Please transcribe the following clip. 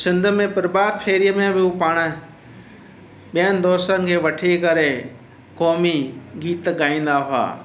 सिंध में प्रभात फ़ेरीअ में बि हू पाण ॿियनि दोस्तनि खे वठी करे क़ौमी गीत ॻाईंदा हुआ